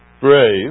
brave